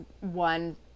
one